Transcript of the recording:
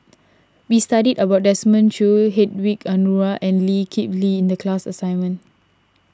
we studied about Desmond Choo Hedwig Anuar and Lee Kip Lee in the class assignment